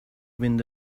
fynd